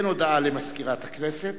אין הודעה למזכירת הכנסת,